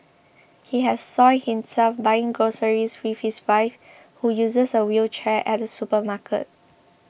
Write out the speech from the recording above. he had soiled himself buying groceries with his wife who uses a wheelchair at a supermarket